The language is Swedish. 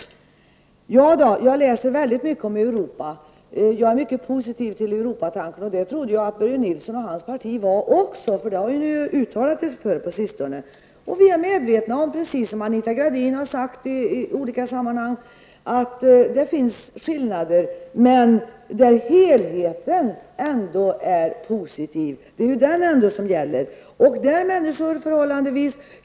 Jag läser väldigt mycket om Europa. Jag är mycket positiv till Europatanken, och det trodde jag att Börje Nilsson och hans parti också var, för det har ni ju uttalat på sistone. Vi är medvetna om, precis som Anita Gradin har sagt i olika sammanhang, att det finns skillnader men att helheten ändå är det som gäller, och då överväger det positiva.